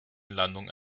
landung